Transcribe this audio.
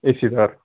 A C دار